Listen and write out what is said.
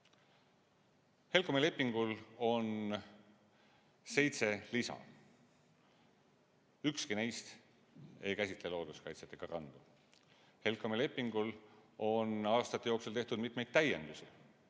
HELCOM‑i lepingul on seitse lisa. Ükski neist ei käsitle looduskaitset ega randu. HELCOM‑i lepingule on aastate jooksul tehtud mitmeid täiendusi.